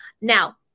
Now